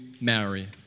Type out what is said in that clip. marry